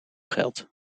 geld